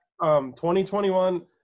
2021